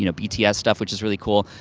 you know bts stuff which is really cool.